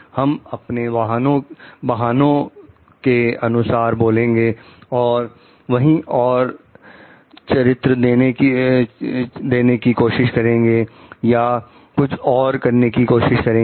हम अपने वाहनों के अनुसार बोलेंगे और वहीं और चित्र देने की कोशिश करेंगे या कुछ और करने की कोशिश करेंगे